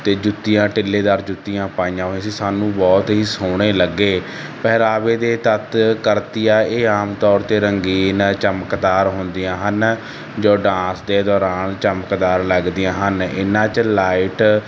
ਅਤੇ ਜੁੱਤੀਆਂ ਤਿੱਲੇਦਾਰ ਜੁੱਤੀਆਂ ਪਾਈਆਂ ਹੋਈਆਂ ਸੀ ਸਾਨੂੰ ਬਹੁਤ ਹੀ ਸੋਹਣੇ ਲੱਗੇ ਪਹਿਰਾਵੇ ਦੇ ਤੱਤ ਕਰਤੀਆ ਇਹ ਆਮ ਤੌਰ 'ਤੇ ਰੰਗੀਨ ਚਮਕਦਾਰ ਹੁੰਦੀਆਂ ਹਨ ਜੋ ਡਾਂਸ ਦੇ ਦੌਰਾਨ ਚਮਕਦਾਰ ਲੱਗਦੀਆਂ ਹਨ ਇਹਨਾਂ 'ਚ ਲਾਈਟ